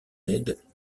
aide